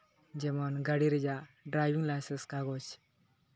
ᱡᱮᱢᱚᱱ ᱜᱟᱹᱲᱤ ᱨᱮᱭᱟᱜ ᱰᱨᱟᱵᱷᱤᱝ ᱞᱟᱭᱥᱮᱱᱥ ᱠᱟᱜᱚᱡᱽ